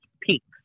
peaks